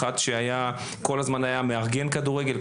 מי שכל הזמן היה מארגן כדורגל,